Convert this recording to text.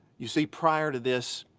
you see, prior to this,